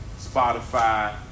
Spotify